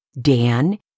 Dan